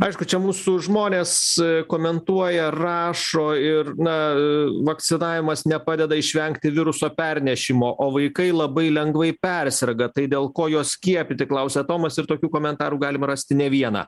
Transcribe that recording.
aišku čia mūsų žmonės komentuoja rašo ir na vakcinavimas nepadeda išvengti viruso pernešimo o vaikai labai lengvai perserga tai dėl ko juos skiepyti klausia tomas ir tokių komentarų galima rasti ne vieną